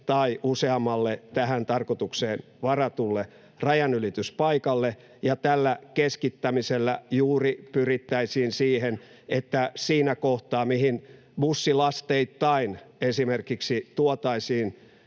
tai useammalle tähän tarkoitukseen varatulle rajanylityspaikalle. Tällä keskittämisellä juuri pyrittäisiin siihen, että siinä kohtaa, mihin bussilasteittain esimerkiksi tuotaisiin